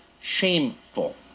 shameful